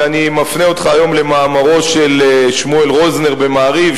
ואני מפנה אותך למאמרו של שמואל רוזנר ב"מעריב",